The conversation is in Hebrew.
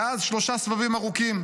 ואז שלושה סבבים ארוכים.